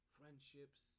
friendships